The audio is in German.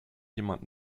jemand